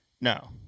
No